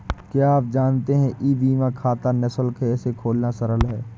क्या आप जानते है ई बीमा खाता निशुल्क है, इसे खोलना सरल है?